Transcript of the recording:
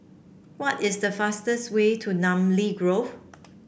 what is the fastest way to Namly Grove